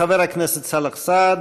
חבר הכנסת סאלח סעד,